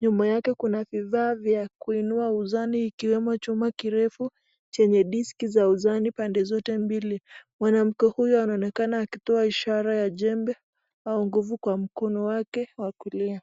Nyuma yake kuna vifaa vya kuinua uzani ikiwemo chuma kirefu chenye diski za uzani pande zote mbili. Mwanamke huyo anaonekana akitoa ishara ya jembe au nguvu kwa mkono wake wa kulia.